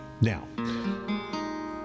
Now